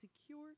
secure